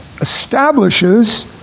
establishes